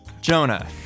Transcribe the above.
Jonah